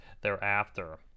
thereafter